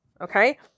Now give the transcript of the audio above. Okay